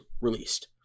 released